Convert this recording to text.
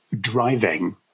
driving